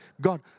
God